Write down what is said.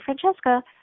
Francesca